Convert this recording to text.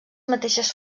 mateixes